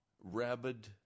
rabid